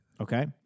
Okay